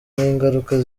n’ingaruka